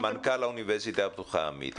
אה,